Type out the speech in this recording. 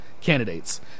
candidates